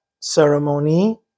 ceremony